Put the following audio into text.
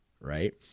Right